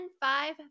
five